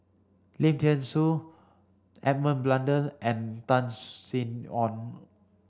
Lim Thean Soo Edmund Blundell and Tan Sin Aun